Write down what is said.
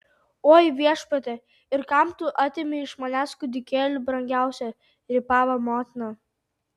oi viešpatie ir kam tu atėmei iš manęs kūdikėlį brangiausią rypavo motina